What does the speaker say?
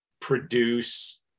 Produce